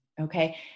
okay